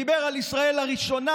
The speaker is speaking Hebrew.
דיבר על ישראל הראשונה,